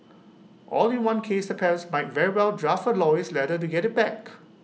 all in one case the parents might very well draft A lawyers letter to get IT back